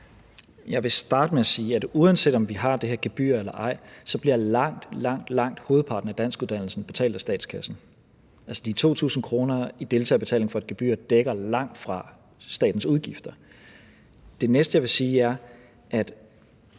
Jeg vil starte med at sige, at uanset om vi har det her gebyr eller ej, så bliver langt hovedparten af danskuddannelsen betalt af statskassen. De 2.000 kr. i deltagerbetaling dækker langtfra statens udgifter. Det næste, jeg vil sige, er, at